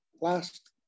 last